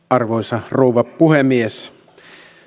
arvoisa rouva puhemies